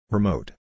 Remote